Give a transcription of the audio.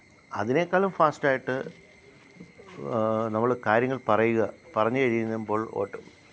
അതിനേക്കാളും ഫാസ്റ്റായിട്ട് നമ്മൾ കാര്യങ്ങള് പറയുക പറഞ്ഞു കഴിയുമ്പോൾ ഓട്ടൊ